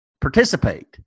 participate